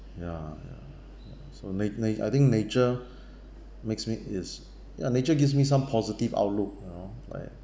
ya ya ya so na na I think nature makes me is ya nature gives me some positive outlook you know like